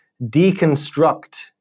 deconstruct